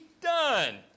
done